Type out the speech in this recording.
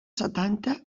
setanta